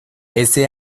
ese